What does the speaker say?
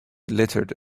glittered